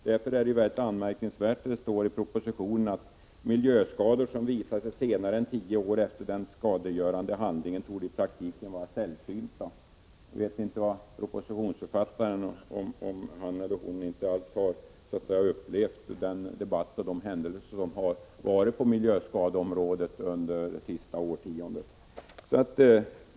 Därför är det mycket anmärkningsvärt att det i propositionen står: ”Miljöskador som visar sig senare än tio år efter den skadegörande handlingen torde i praktiken vara sällsynta.” Jag vet inte om propositionsförfattaren inte alls har upplevt den debatt som har förts och de händelser som har inträffat på miljöskadeområdet under det senaste årtiondet.